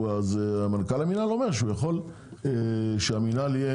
אז מנכ"ל המינהל אומר שהוא יכול שהמכרז יהיה